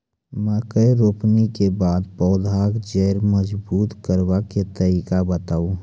मकय रोपनी के बाद पौधाक जैर मजबूत करबा के तरीका बताऊ?